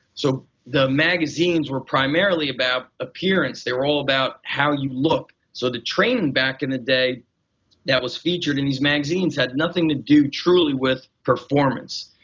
so the magazines were primarily about appearance, they were all about how you look. so the training back in the day that was featured in these magazines had nothing to do truly with performance.